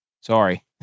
sorry